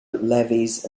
levies